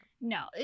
No